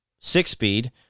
six-speed